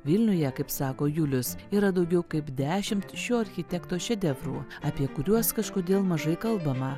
vilniuje kaip sako julius yra daugiau kaip dešimt šio architekto šedevrų apie kuriuos kažkodėl mažai kalbama